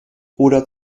oder